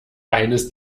eines